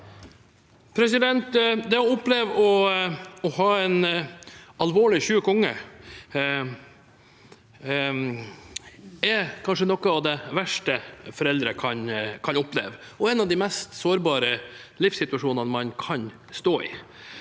(A) Det å ha en alvorlig syk unge er kanskje noe av det verste foreldre kan oppleve, og en av de mest sårbare livssituasjonene man kan stå i.